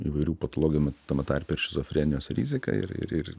įvairių patologenų tame tarpe ir šizofrenijos rizika ir ir ir